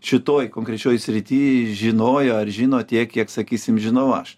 šitoj konkrečioj srity žinojo ar žino tiek kiek sakysim žinau aš